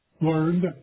learned